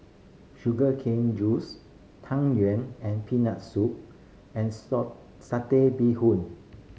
sugar cane juice Tang Yuen and Peanut Soup and Satay Bee Hoon